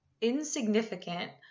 insignificant